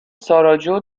ساراجوو